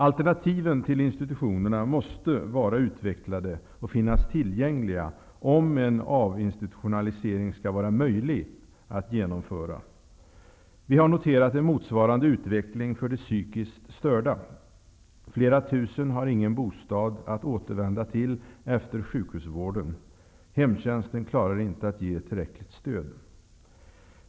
Alternativen till institutionerna måste vara utvecklade och finnas tillgängliga om en avinstitutionalisering skall vara möjlig att genomföra. Vi har noterat motsvarande utveckling för de psykiskt störda. Flera tusen har ingen bostad att återvända till efter sjukhusvården. Hemtjänsten klarar inte att ge tillräckligt stöd.